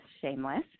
Shameless